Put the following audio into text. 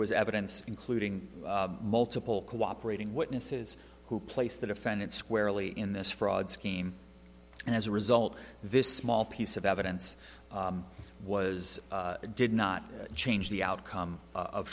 was evidence including multiple cooperating witnesses who placed the defendant squarely in this fraud scheme and as a result this small piece of evidence was did not change the outcome of